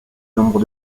nombre